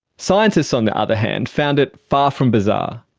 scientists, on the other hand, found it far from bizarre,